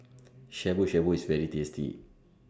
Shabu Shabu IS very tasty